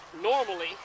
Normally